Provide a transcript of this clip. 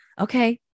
Okay